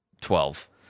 Twelve